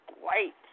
white